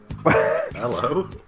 Hello